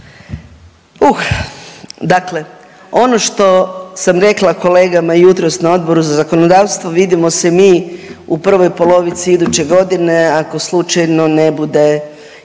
Uh, dakle ono što sam rekla kolegama jutros na Odboru za zakonodavstvo, vidimo se mi u prvoj polovici iduće godine ako slučajno ne bude izbora,